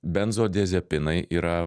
benzodiazepinai yra